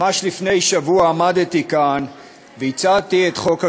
ממש לפני שבוע עמדתי כאן והצעתי את חוק הגדר,